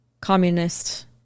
communist